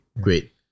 great